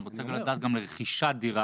אני רוצה לדעת גם על רכישת דירה.